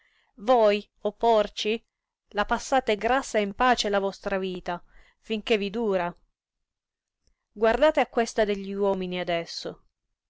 voi o porci la passate grassa e in pace la vostra vita finché vi dura guardate a questa degli uomini adesso